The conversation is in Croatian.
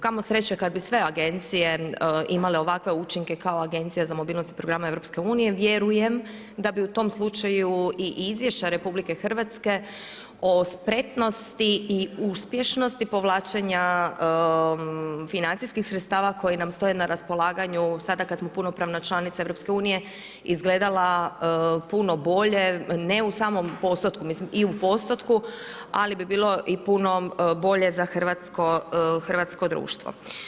Kamo sreće kad bi sve agencije imale ovakve učinke kao Agencije za mobilnost i programe i EU-a, vjerujem da bi u tom slučaju i izvješća RH o spretnosti i uspješnosti povlačenja financijskih sredstava koje nam stoje na raspolaganju sada kad smo punopravna članica EU-a, izgledala puno bolje, ne u samom postotku, mislim i u postotku ali bi bilo i puno bolje za hrvatsko društvo.